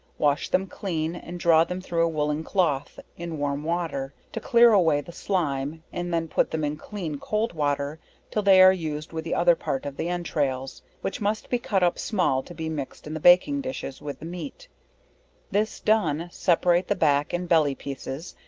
wash them clean, and draw them through a woolen cloth, in warm water, to clear away the slime and then put them in clean cold water till they are used with the other part of the entrails, which must be cut up small to be mixed in the baking dishes with the meat this done, separate the back and belly pieces,